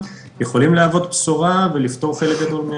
בסדר?